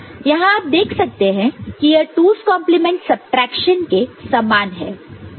यहां आप देख सकते की यह 2's complement subtraction 2's complement subtraction के समान है